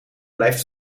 blijft